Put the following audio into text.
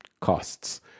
costs